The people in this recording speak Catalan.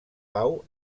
pau